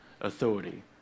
authority